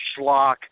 schlock